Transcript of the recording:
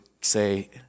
say